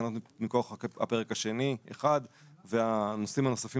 התקנות מכוח הפרק השני1 והנושאים הנוספים